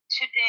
today